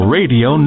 Radio